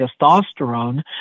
testosterone